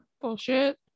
Bullshit